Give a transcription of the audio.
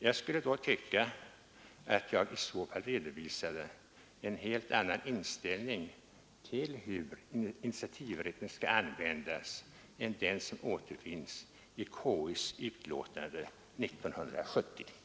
Jag skulle nämligen tycka att jag i så fall redovisade en helt annan inställning till hur utskottens initiativrätt skall användas än den som återfinns i konstitutionsutskottets utlåtande 1970:27.